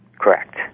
Correct